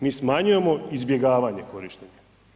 Mi smanjujemo izbjegavanje korištenja.